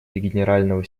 генерального